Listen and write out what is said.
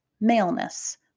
maleness